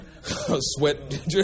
Sweat